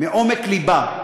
מעומק לבה,